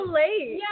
late